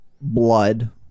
blood